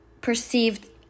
perceived